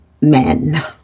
men